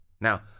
now